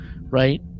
right